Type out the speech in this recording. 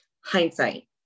hindsight